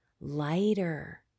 lighter